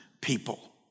people